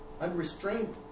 unrestrained